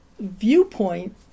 viewpoint